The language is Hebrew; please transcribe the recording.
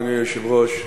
אדוני היושב-ראש,